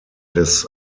des